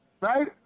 right